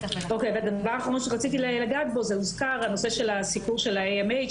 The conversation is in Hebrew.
דבר אחרון שרציתי לגעת פה הוזכר הסיפור של ה AMH,